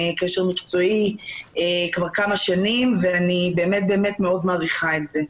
אני באמת מאוד מעריכה את זה.